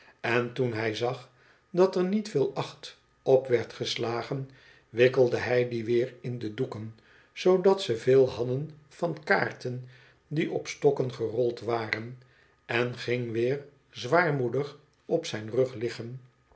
en toen hij zag dat er niet veel acht op werd geslagen wikkelde hij die weer in de doeken zoodat ze veel hadden van kaarten die op stokken gerold waren en ging weer zwaarmoedig op zijn rug liggen